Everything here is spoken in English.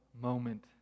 moment